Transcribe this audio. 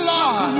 Lord